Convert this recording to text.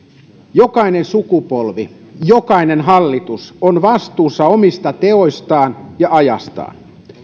jokainen sukupolvi jokainen hallitus on vastuussa omista teoistaan ja ajastaan